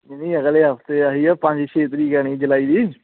ਨਹੀਂ ਨਹੀਂ ਅਗਲੇ ਹਫ਼ਤੇ ਆਹੀ ਆ ਪੰਜ ਛੇ ਤਰੀਕ ਜੁਲਾਈ ਦੀ